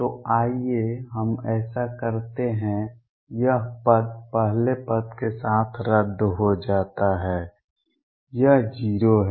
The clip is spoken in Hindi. तो आइए हम ऐसा करते हैं यह पद पहले पद के साथ रद्द हो जाता है यह 0 है